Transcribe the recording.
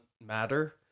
matter